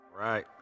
Right